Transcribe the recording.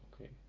okay